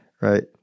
Right